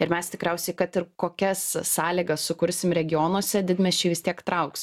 ir mes tikriausiai kad ir kokias sąlygas sukursim regionuose didmiesčiai vis tiek trauks